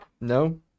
No